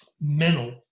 mental